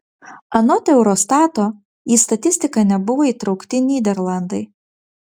anot eurostato į statistiką nebuvo įtraukti nyderlandai